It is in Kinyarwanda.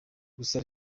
gusa